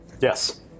yes